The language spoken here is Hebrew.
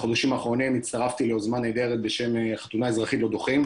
בחודשים האחרונים הצטרפתי ליוזמה נהדרת בשם 'חתונה אזרחית לא דוחים',